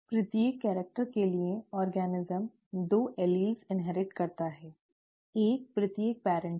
प्रत्येक कैरिक्टर के लिए जीव दो एलील इन्हेरटिड करता है एक प्रत्येक पेरन्ट से